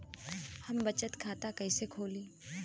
हम बचत खाता कईसे खोली?